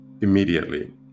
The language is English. immediately